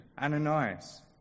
Ananias